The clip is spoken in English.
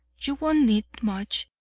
you won't need much,